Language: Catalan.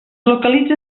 localitza